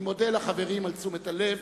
אני מודה לחברים על תשומת הלב.